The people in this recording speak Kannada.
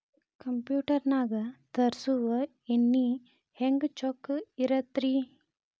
ಕಂಪ್ಯೂಟರ್ ನಾಗ ತರುಸುವ ಎಣ್ಣಿ ಹೆಂಗ್ ಚೊಕ್ಕ ಇರತ್ತ ರಿ?